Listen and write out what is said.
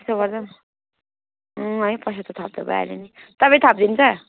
त्यसो गर्दा है पैसा त थप्दा भइहाल्यो नि तपाईँ थपिदिनुहुन्छ